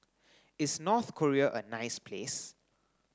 is North Korea a nice place